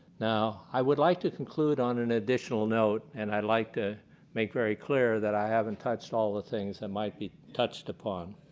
now, i would like to conclude on an additional note, and i would like to make very clear that i haven't touched all of the things that might be touched upon.